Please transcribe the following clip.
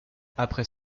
après